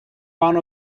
one